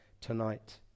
tonight